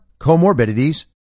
comorbidities